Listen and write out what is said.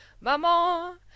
Maman